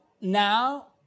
now